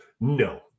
no